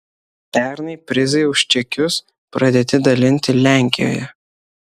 pernai prizai už čekius pradėti dalinti lenkijoje